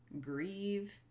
grieve